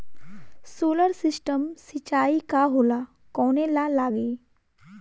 Solar system सिचाई का होला कवने ला लागी?